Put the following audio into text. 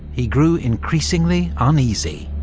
he grew increasingly uneasy.